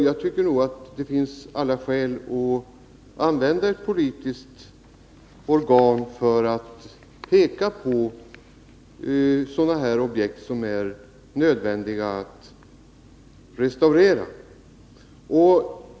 Jag tycker att det finns alla skäl att använda ett politiskt organ för att peka på sådana här objekt som är nödvändiga att restaurera.